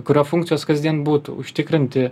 kurio funkcijos kasdien būtų užtikrinti